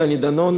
דני דנון,